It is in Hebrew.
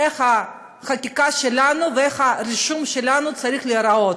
איך החקיקה שלנו ואיך הרישום שלנו צריך להיראות,